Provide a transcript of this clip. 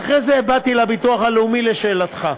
ואחרי זה באתי לביטוח הלאומי, לשאלתך.